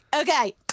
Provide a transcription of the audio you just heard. Okay